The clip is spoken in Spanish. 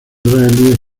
israelíes